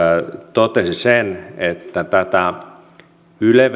totesi että tätä yle